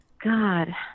God